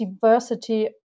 diversity